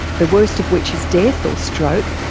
the worst of which is death or stroke,